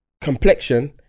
complexion